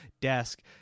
desk